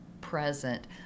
present